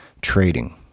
trading